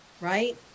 right